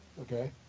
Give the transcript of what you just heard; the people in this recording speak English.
Okay